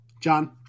John